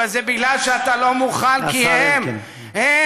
אבל זה כי אתה לא מוכן, השר אלקין.